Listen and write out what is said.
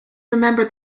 remember